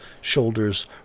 shoulders